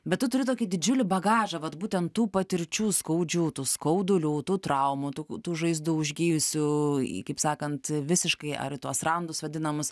bet tu turi tokį didžiulį bagažą vat būtent tų patirčių skaudžių tų skaudulių tų traumų tokių tų žaizdų užgijusių kaip sakant visiškai ar į tuos randus vadinamus